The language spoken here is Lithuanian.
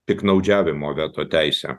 piktnaudžiavimo veto teise